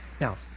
Now